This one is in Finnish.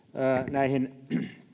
näihin